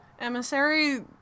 emissary